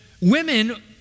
women